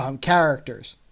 characters